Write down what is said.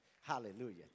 hallelujah